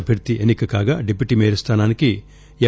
అభ్యర్థి ఎన్ని క కాగా డిప్యూటీ మేయర్ స్థానానికి ఎం